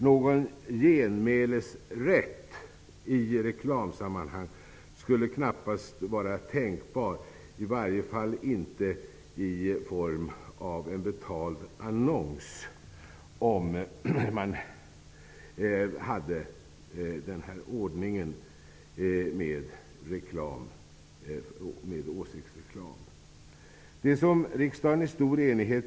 Någon genmälesrätt i reklamsammanhang skulle knappast vara tänkbar om man hade åsiktsreklam -- i varje fall inte i form av en betald annons.